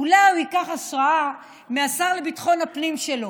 אולי הוא ייקח השראה מהשר לביטחון הפנים שלו,